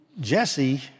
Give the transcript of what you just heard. Jesse